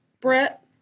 Brett